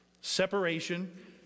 Separation